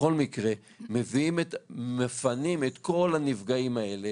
בכל מקרה מפנים את כל הנפגעים האלה,